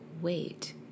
wait